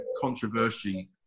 controversy